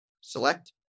Select